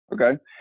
Okay